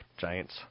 Giants